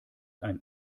ein